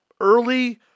early